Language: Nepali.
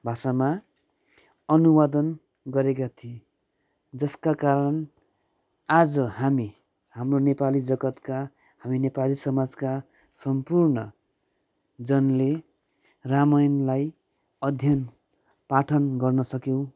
भाषामा अनुवाद गरेका थिए जसका कारण आज हामी हाम्रो नेपाली जगत्का हामी नेपाली समाजका सम्पूर्णजनले रामायणलाई अध्ययन पाठन गर्न सक्यौँ